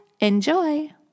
Enjoy